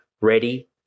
ready